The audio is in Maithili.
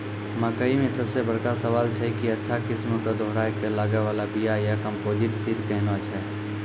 मकई मे सबसे बड़का सवाल छैय कि अच्छा किस्म के दोहराय के लागे वाला बिया या कम्पोजिट सीड कैहनो छैय?